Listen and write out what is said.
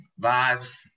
vibes